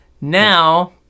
Now